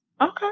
okay